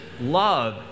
love